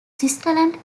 switzerland